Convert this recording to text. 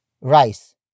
rice